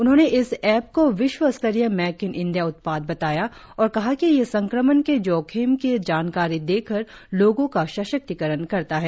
उन्होंने इस ऐप को विश्व स्तरीय मेक इन इंडिया उत्पाद बताया और कहा कि यह संक्रमण के जोखिम की जानकारी देकर लोगों का सशक्तिकरण करता है